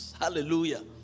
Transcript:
Hallelujah